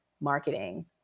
marketing